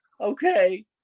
okay